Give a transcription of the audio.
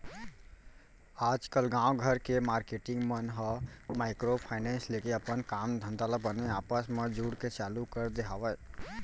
आजकल गाँव घर के मारकेटिंग मन ह माइक्रो फायनेंस लेके अपन काम धंधा ल बने आपस म जुड़के चालू कर दे हवय